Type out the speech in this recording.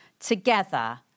Together